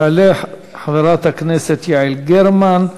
תעלה חברת הכנסת יעל גרמן,